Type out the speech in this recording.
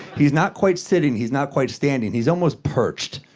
he's not quite sitting he's not quite standing. he's almost perched,